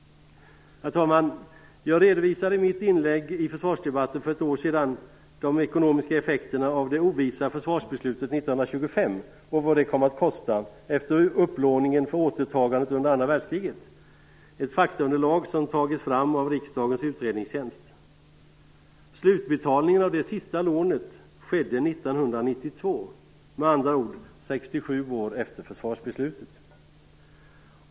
Herr talman! Jag redovisade i mitt inlägg i försvarsdebatten för ett år sedan de ekonomiska effekterna av det ovisa försvarsbeslutet 1925 och vad det kom att kosta efter upplåningen för återtagandet under andra världskriget. Detta faktaunderlag togs fram av riksdagens utredningstjänst. Slutbetalningen av det sista lånet skedde 1992, med andra ord 67 år efter försvarsbeslutet.